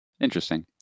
Interesting